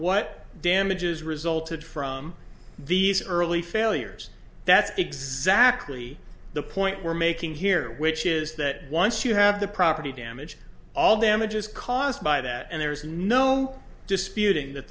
what damages resulted from these early failures that's exactly the point we're making here which is that once you have the property damage all them it is caused by that and there is no disputing that